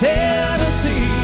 Tennessee